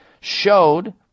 showed